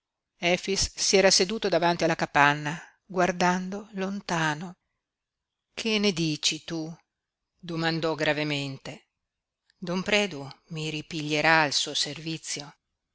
si era seduto davanti alla capanna guardando lontano che ne dici tu domandò gravemente don predu mi ripiglierà al suo servizio